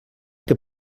que